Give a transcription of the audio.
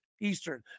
Eastern